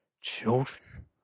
Children